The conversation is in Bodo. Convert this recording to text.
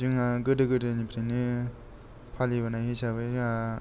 जोंहा गोदो गोदायनिफ्रायनो फालिबोनाय हिसाबै जाहा